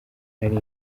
nari